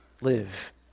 live